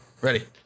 ready